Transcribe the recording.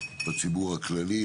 בציבור הכללי,